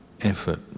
effort